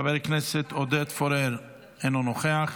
חבר הכנסת עודד פורר, אינו נוכח,